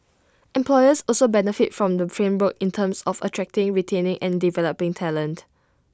employers also benefit from the framework in terms of attracting retaining and developing talent